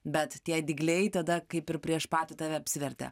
bet tie dygliai tada kaip ir prieš patį tave apsivertė